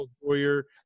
warrior